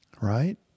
right